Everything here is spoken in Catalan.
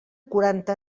quaranta